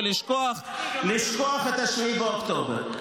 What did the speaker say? ולשכוח את 7 באוקטובר.